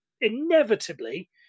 inevitably